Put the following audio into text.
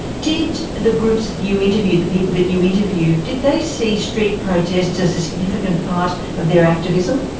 did the groups you interviewed, the people that you interviewed, did they see street protests as a significant part of their activism?